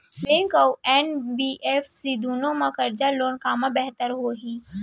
Bank अऊ NBFC दूनो मा करजा लेना कामा बेहतर होही?